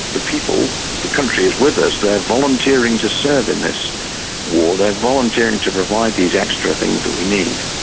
the people, the country is with us, they're volunteering to serve in this war, they're volunteering to provide these extra things that we need.